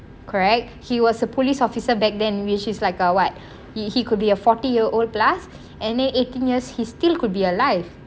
correct he was a police officer back then which is like a what he he could be a forty yar old plus and a eighteen yars he still could be alive